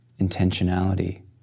intentionality